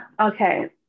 Okay